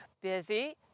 busy